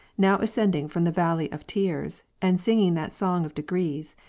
now ascending from the valley of tears, and singing that song of degrees,